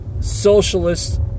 socialist